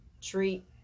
treat